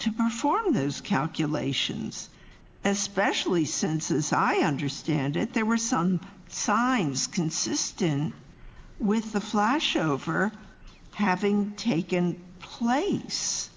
to perform those calculations especially census i understand it there were some signs consistent with the flash of her having taken place